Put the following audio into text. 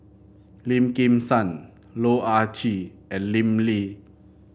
Lim Kim San Loh Ah Chee and Lim Lee